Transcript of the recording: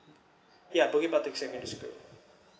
ya bukit batok secondary school